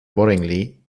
worryingly